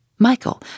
Michael